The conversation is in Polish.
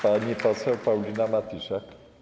Pani poseł Paulina Matysiak.